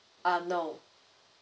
uh no